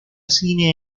cine